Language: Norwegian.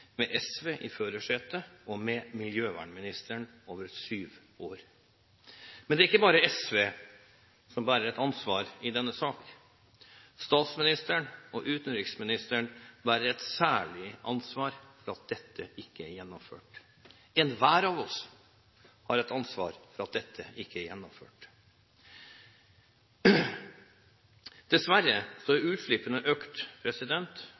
med SV i førersetet og med miljøvernministeren over syv år. Men det er ikke bare SV som bærer et ansvar i denne sak. Statsministeren og utenriksministeren bærer et særlig ansvar for at dette ikke er gjennomført. Enhver av oss har et ansvar for at dette ikke er gjennomført. Dessverre har utslippene økt, og vi er